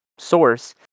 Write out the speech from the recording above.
source